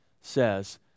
says